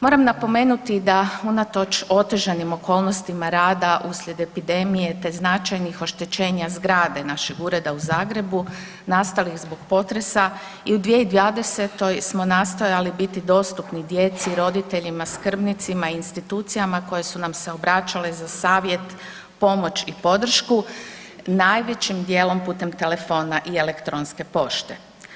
Moram napomenuti da unatoč otežanim okolnostima rada uslijed epidemije te značajnih oštećenja zgrade našeg Ureda u Zagrebu nastalih zbog potresa i u 2020. smo nastojali biti dostupni djeci i roditeljima skrbnicima i institucijama koje su nam se obraćale za savjet, pomoć i podršku, najvećim dijelom putem telefona i elektronske pošte.